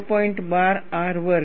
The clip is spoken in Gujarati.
12R વર્ગ